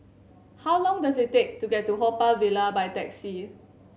how long does it take to get to Haw Par Villa by taxi